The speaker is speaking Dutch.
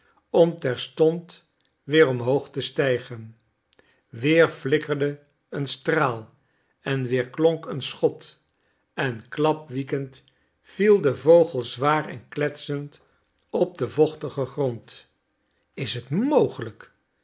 om terstond weer omhoog te stijgen weer flikkerde een straal en weerklonk een schot en klapwiekend viel de vogel zwaar en kletsend op den vochtigen grond is het mogelijk